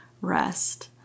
rest